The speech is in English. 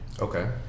Okay